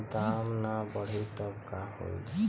दाम ना बढ़ी तब का होई